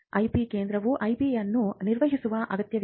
IP ಕೇಂದ್ರವು IPಯನ್ನು ನಿರ್ವಹಿಸುವ ಅಗತ್ಯವಿದೆ